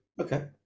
okay